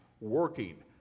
working